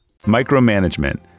Micromanagement